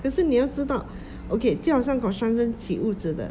可是你要知道 okay 就好像 construction 起屋子的